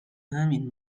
همین